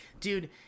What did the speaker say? Dude